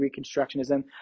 reconstructionism